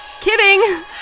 Kidding